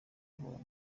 ubuntu